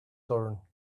turn